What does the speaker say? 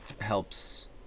helps